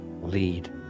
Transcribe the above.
lead